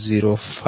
052 6